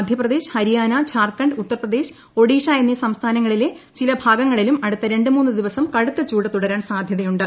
മധ്യപ്രദേശ് ഹരിയാന ത്ധാർഖണ്ഡ് ഉത്തർപ്രദേശ് ഒഡീഷ എന്നീ സംസ്ഥാനങ്ങളിലെ ചില ഭാഗങ്ങളിലും അടുത്ത രണ്ടുമൂന്നു ദിവസം കടുത്ത ചൂട് തുടരാൻ സാധ്യതയുണ്ട്